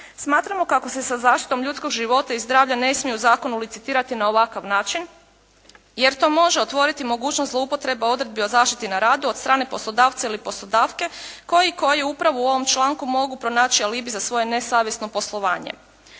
Smatramo kako se sa zaštitom ljudskog života i zdravlja ne smiju u zakonu licitirati na ovakav način, jer to može otvoriti mogućnost zloupotrebe odredbi o zaštiti na radu od strane poslodavca ili poslodavke koji upravo u ovom članku mogu pronaći alibi za svoje nesavjesno poslovanje.